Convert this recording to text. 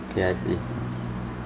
okay I see